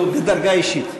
הוא בדרגה אישית.